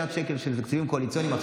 כי הוא לא נותן אופק חדש,